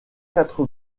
quatre